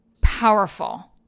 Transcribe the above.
powerful